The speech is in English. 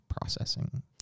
processing